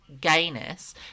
gayness